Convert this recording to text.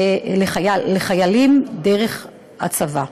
לחיילים דרך הצבא.